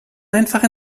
einfach